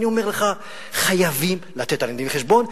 ואני אומר לך שחייבים לתת עליהם דין-וחשבון,